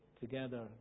together